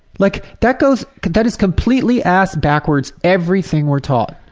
like, that goes that is completely and ass-backwards everything we're taught.